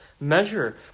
measure